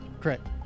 correct